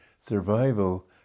survival